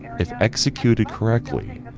if executed correctly.